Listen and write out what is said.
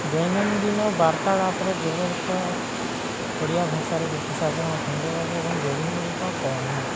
ଦୈନନ୍ଦିନ ବାର୍ତ୍ତାଳାପରେ ବ୍ୟବହୃତ ଓଡ଼ିଆ ଭାଷାରେ କିଛି ସାଧାରଣ ଖଣ୍ଡ ବାକ୍ୟ ଏବଂ ରୂଢ଼ି ଗୁଡ଼ିକ କ'ଣ